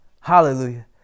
Hallelujah